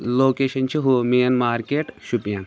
location چھِ ہُہ main market Shopian